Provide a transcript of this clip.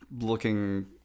looking